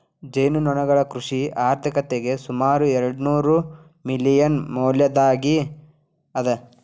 ಜೇನುನೊಣಗಳು ಕೃಷಿ ಆರ್ಥಿಕತೆಗೆ ಸುಮಾರು ಎರ್ಡುನೂರು ಮಿಲಿಯನ್ ಮೌಲ್ಯದ್ದಾಗಿ ಅದ